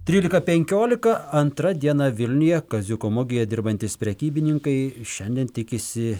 trylika penkiolika antra diena vilniuje kaziuko mugėje dirbantys prekybininkai šiandien tikisi